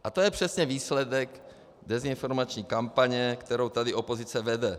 A to je přesně výsledek dezinformační kampaně, kterou tady opozice vede.